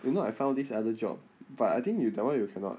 you know I found this other job but I think you that one you cannot